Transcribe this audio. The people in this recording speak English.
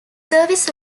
service